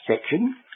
section